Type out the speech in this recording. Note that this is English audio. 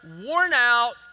worn-out